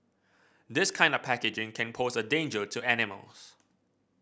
this kind of packaging can pose a danger to animals